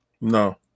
No